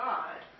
God